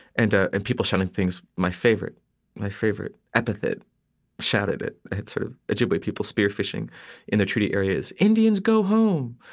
and ah and people shouting things, my favorite my favorite epithet shouted at sort of ojibwe people spear fishing in a treaty area, indians, go home,